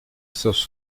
seus